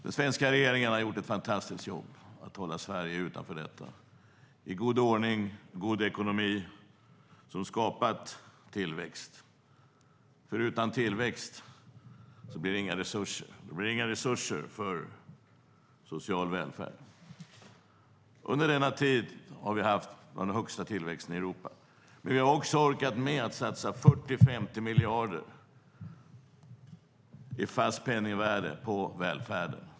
Den svenska regeringen har gjort ett fantastiskt jobb att hålla Sverige utanför detta i god ordning och god ekonomi som skapat tillväxt. Utan tillväxt blir det inte några resurser och inte några resurser för social välfärd. Under denna tid har vi haft bland de högsta tillväxterna i Europa. Vi har också orkat med att satsa 40-50 miljarder i fast penningvärde på välfärden.